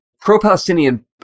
pro-palestinian